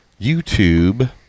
YouTube